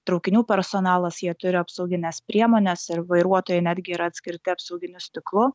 traukinių personalas jie turi apsaugines priemones ir vairuotojai netgi yra atskirti apsauginiu stiklu